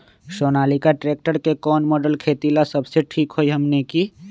Sonalika tractor के कौन model खेती ला सबसे ठीक होई हमने की?